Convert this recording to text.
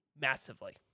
massively